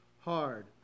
hard